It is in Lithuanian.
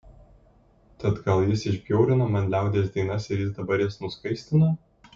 tad gal jis išbjaurino man liaudies dainas ir jis dabar jas nuskaistino